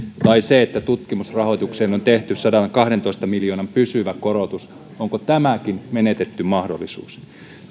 onko sekin että tutkimusrahoitukseen on tehty sadankahdentoista miljoonan pysyvä korotus menetetty mahdollisuus